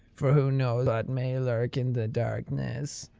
for who knows what may lurk in the darkness?